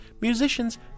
Musicians